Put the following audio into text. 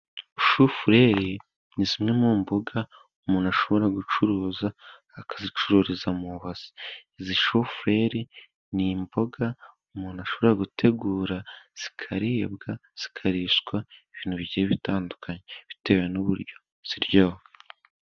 Shufurere ni zimwe mu mboga umuntu ashobora gucuruza akazicururiza mu ibase. Izi shufurere ni imboga umuntu ashobora gutegura zikaribwa, zikarishwa ibintu bigiye bitandukanye bitewe n'uburyo ziryoha.